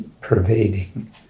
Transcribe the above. pervading